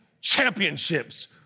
championships